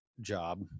job